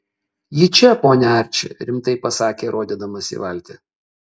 ji čia pone arči rimtai pasakė rodydamas į valtį